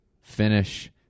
finish